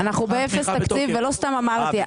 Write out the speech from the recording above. אנחנו באפס תקציב ולא סתם אמרתי.